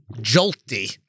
jolty